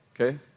Okay